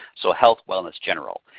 so health wellness general.